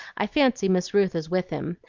i fancy miss ruth is with him.